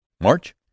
march